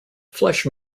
flash